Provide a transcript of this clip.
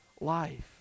life